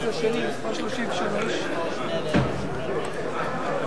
כהצעת הוועדה ועם ההסתייגות שנתקבלה, נתקבל.